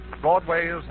Broadway's